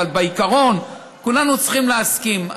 אבל בעיקרון כולנו צריכים להסכים.